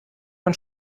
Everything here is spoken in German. man